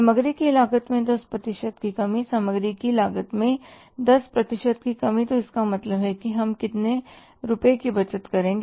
सामग्री की लागत में 10 प्रतिशत की कमी सामग्री की लागत में 10 प्रतिशत की कमी तो इसका मतलब है कि हम कितने रुपये की बचत करेंगे